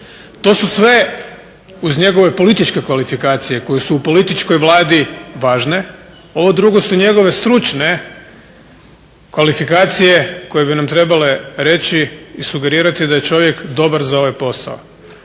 To su sve uz njegove političke kvalifikacije koje su u političkoj vladi važne. Ovo su njegove stručne kvalifikacije koje bi nam trebale reći i sugerirati da je ovaj čovjek dobar za ovaj posao.